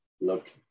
look